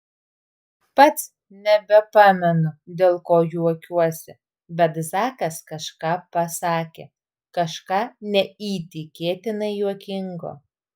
pats nebepamenu dėl ko juokiuosi bet zakas kažką pasakė kažką neįtikėtinai juokingo